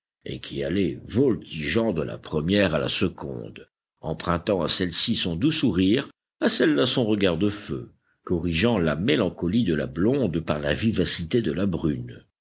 et qui allait voltigeant de la première à la seconde empruntant à celle-ci son doux sourire à celle-là son regard de feu corrigeant la mélancolie de la blonde par la vivacité de la brune